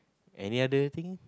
any other thing